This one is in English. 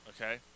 okay